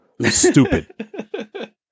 Stupid